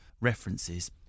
references